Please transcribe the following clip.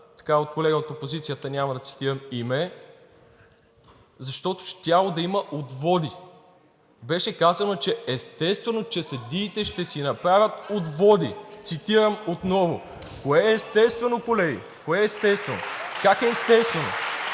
каза от колега от опозицията – няма да цитирам име – защото щяло да има отводи. Беше казано, че „естествено, че съдиите ще си направят отводи“. Цитирам отново. Кое е естествено, колеги? Кое е естествено? (Ръкопляскания